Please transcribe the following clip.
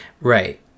Right